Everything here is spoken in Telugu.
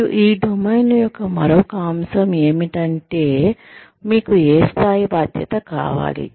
మరియు ఈ డొమైన్ యొక్క మరొక అంశం ఏమిటంటే మీకు ఏ స్థాయి బాధ్యత కావాలి